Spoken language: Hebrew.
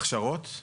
הכשרות,